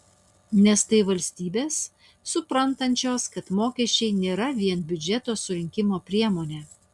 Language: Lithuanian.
nes tai valstybės suprantančios kad mokesčiai nėra vien biudžeto surinkimo priemonė